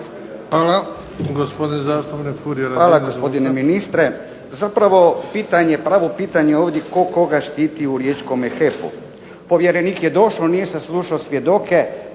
Hvala gospodine ministre. Zapravo pravo pitanje ovdje je tko koga štiti u riječkome "HEP-u"? Povjerenik je došao, nije saslušao svjedoke,